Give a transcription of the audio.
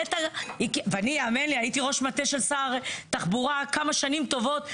נת"ע ואני האמן לי הייתי ראש מטה של שר תחבורה כמה שנים טובות,